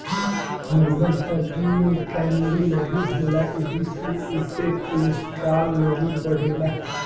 हरिहर सब्जी में कैलोरी नाही होला एही से एसे कोलेस्ट्राल नाई बढ़ेला